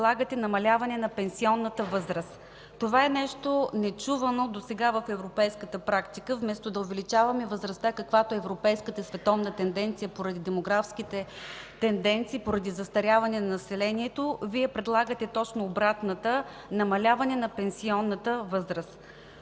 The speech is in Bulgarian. Вие предлагате точно обратното – намаляване на пенсионната възраст.